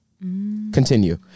continue